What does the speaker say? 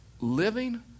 living